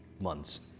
months